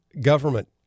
government